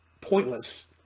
pointless